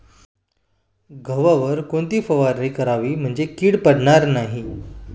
गव्हावर कोणती फवारणी करावी म्हणजे कीड पडणार नाही?